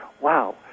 wow